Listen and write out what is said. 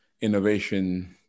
innovation